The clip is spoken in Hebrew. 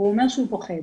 הוא אומר שהוא פוחד.